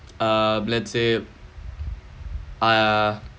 uh let's say uh